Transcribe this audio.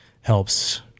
helps